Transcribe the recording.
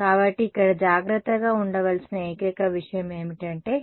కాబట్టి ఇక్కడ జాగ్రత్తగా ఉండవలసిన ఏకైక విషయం ఏమిటంటే